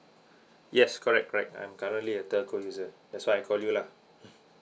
yes correct correct I'm currently a telco user that's why I call you lah